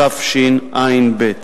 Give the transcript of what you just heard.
תשע"ב.